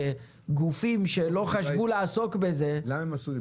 וגופים שלא חשבו לעסוק בזה --- למה הם עשו את זה?